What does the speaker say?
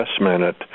investment